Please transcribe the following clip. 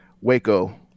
Waco